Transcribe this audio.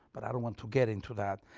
but i don't want to get into that.